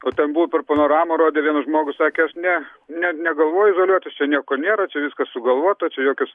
o ten buvo per panoramą rodė vienas žmogus sakė ne ne negalvoju izoliuotis čia nieko nėra čia viskas sugalvota čia jokios